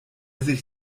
sich